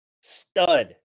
Stud